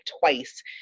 twice